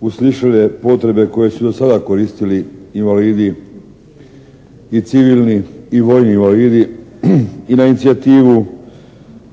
uslišile potrebe koje su do sada koristili invalidi, i civilni i vojni invalidi, i na inicijativu